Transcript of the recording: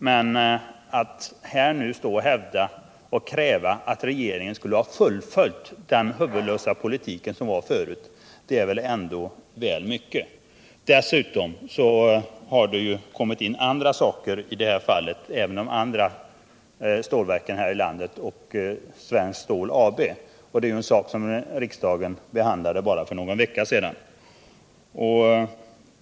Men att här nu stå och kräva att regeringen skulle ha fullföljt den huvudlösa politik som fördes förut är ändå väl mycket. Dessutom har det ju kommit in andra saker i det här fallet, även de andra stålverken här i landet och Svenskt Stål AB. Det är ju något som riksdagen behandlade för bara någon vecka sedan.